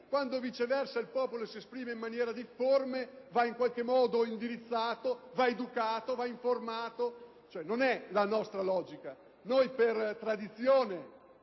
quando, viceversa, il popolo si esprime maniera difforme, va in qualche modo indirizzato, educato ed informato. Non è la nostra logica. Per tradizione